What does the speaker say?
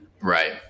right